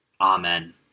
Amen